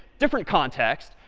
different context,